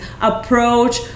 approach